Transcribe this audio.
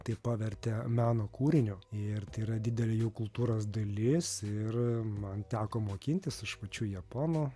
tai pavertė meno kūriniu ir tai yra didelė jų kultūros dalis ir man teko mokintis iš pačių japonų